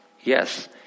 yes